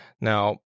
now